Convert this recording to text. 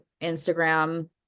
Instagram